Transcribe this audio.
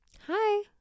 Hi